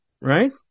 right